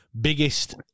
Biggest